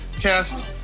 cast